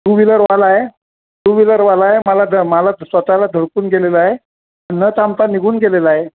to व्हीलरवाला आहे two व्हीलरवाला आहे मला मला स्वतःला धडकून गेलेला आहे न थांबता निघून गेलेला आहे